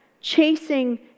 chasing